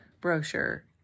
brochure